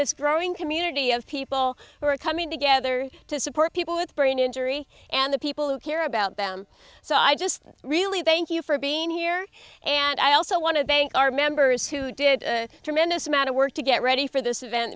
this growing community of people who are coming together to support people with brain injury and the people who care about them so i just really thank you for being here and i also want to thank our members who did a tremendous amount of work to get ready for this event